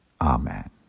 Amen